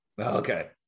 Okay